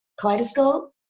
kaleidoscope